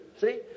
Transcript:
See